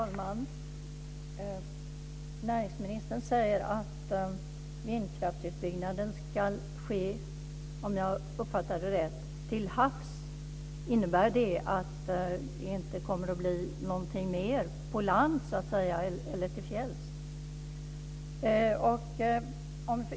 Fru talman! Näringsministern säger att vindkraftsutbyggnaden ska ske, om jag uppfattade det rätt, till havs. Innebär det att det inte kommer att bli några fler på land eller till fjälls?